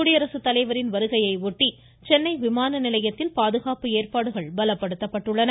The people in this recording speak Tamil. குடியரசு தலைவரின் வருகையையொட்டி சென்னை விமான நிலையத்தில பாதுகாப்பு ஏற்பாடுகள் பலப்படுத்தப்பட்டுள்ளன